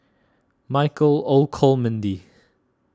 Michael Olcomendy